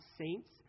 saints